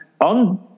on